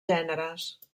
gèneres